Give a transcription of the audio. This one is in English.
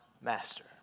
master